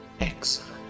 Excellent